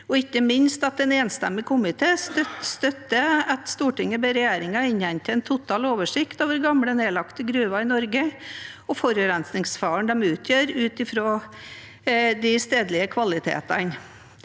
og ikke minst at en enstemmig komité støtter at Stortinget ber regjeringen «innhente en total oversikt over gamle nedlagte gruver i Norge og forurensningsfaren de utgjør ut ifra de stedegne kvalitetene»,